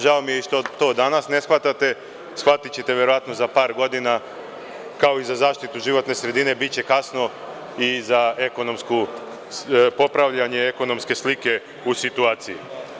Žao mi je i što to danas ne shvatate, shvatiće verovatno za par godina, kao i za zaštitu životne sredine biće kasno kao i za popravljanje ekonomske slike u Srbiji.